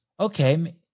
Okay